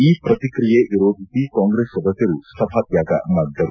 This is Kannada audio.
ಈ ಪ್ರತಿಕ್ರಿಯೆ ವಿರೋಧಿಸಿ ಕಾಂಗ್ರೆಸ್ ಸದಸ್ಕರು ಸಭಾತ್ಯಾಗ ಮಾಡಿದರು